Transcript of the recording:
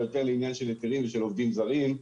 אבל יותר לעניין של עובדים זרים.